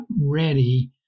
ready